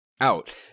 Out